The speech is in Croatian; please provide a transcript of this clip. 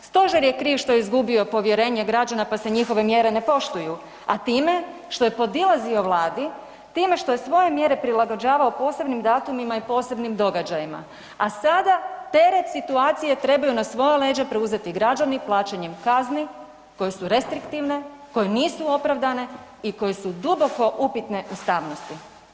Stožer je kriv što je izgubio povjerenje građana, pa se njihove mjere ne poštuju, a time što je podilazio Vladi, time što je svoje mjere prilagođavao posebnim datumima i posebnim događajima, a sada teret situacije trebaju na svoja leđa preuzeti građani plaćanjem kazni koje su restriktivne, koje nisu opravdane i koje su duboko upitne ustavnosti.